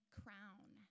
crown